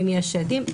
אם יש עדים.